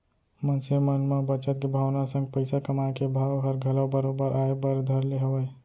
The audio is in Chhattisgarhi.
मनसे मन म बचत के भावना संग पइसा कमाए के भाव हर घलौ बरोबर आय बर धर ले हवय